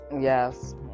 Yes